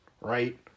right